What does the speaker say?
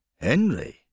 Henry